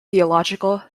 theological